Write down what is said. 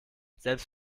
selbst